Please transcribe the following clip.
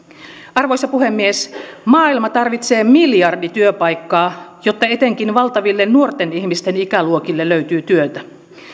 arvoisa puhemies maailma tarvitsee miljardi työpaikkaa jotta etenkin valtaville nuorten ihmisten ikäluokille löytyy työtä